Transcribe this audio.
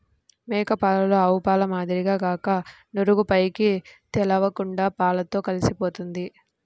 మేక పాలలో ఆవుపాల మాదిరిగా కాక నురుగు పైకి తేలకుండా పాలతో కలిసిపోతుంది